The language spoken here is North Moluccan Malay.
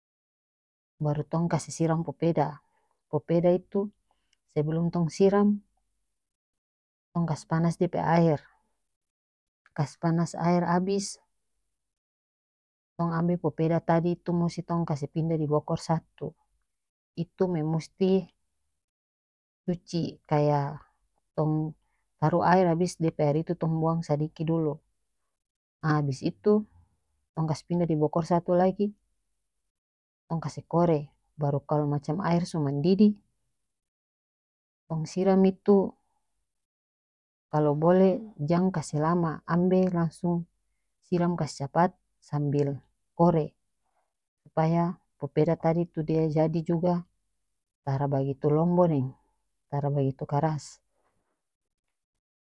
Baru tong kase siram popeda popeda itu sebelum tong siram tong kas panas dia pe aer kas panas aer abis tong ambe popeda tadi tu musi tong kase pindah di bokor satu itu me musti cuci kaya tong taruh aer abis dia pe aer itu tong buang sadiki dulu abis itu tong kas pindah di bokor satu lagi tong kase kore baru kalo macam aer so mandidih tong siram itu kalo boleh jang kase lama ambe langsung siram kas capat sambil kore supaya popeda tadi tu dia jadi juga tara bagitu lombo deng tara bagitu karas.